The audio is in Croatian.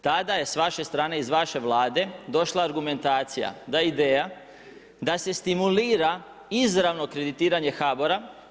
Tada je s vaše strane, iz vaša Vlade došla argumentacija da je ideja da se stimulira izravno kreditiranje HBOR-a.